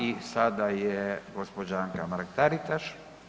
I sada je gđa. Anka Mrak-Taritaš.